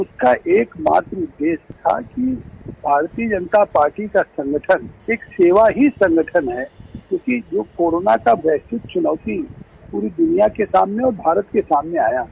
उसका एकमात्र उद्देश्य था कि भारतीय जनता पार्टी का संगठन एक सेवा ही संगठन है जो कोरोना का वैश्विक चुनौती प्ररी द्रनिया के सामने और भारत के सामने आया है